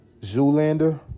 Zoolander